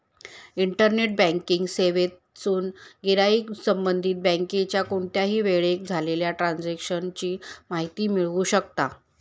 internet banking सेवेतसून गिराईक संबंधित बँकेच्या कोणत्याही वेळेक झालेल्या ट्रांजेक्शन ची माहिती मिळवू शकता